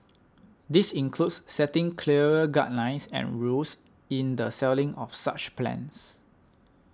this includes setting clearer guidelines and rules in the selling of such plans